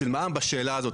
של מע"מ בשאלה הזאת.